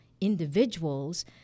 individuals